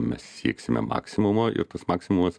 mes sieksime maksimumo ir tas maksimumas